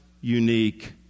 unique